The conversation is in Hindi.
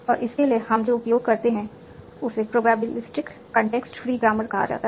और इसके लिए हम जो उपयोग करते हैं उसे प्रोबेबिलिस्टिक context free ग्रामर कहा जाता है